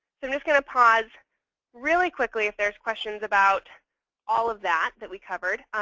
so i'm just going to pause really quickly if there's questions about all of that that we covered.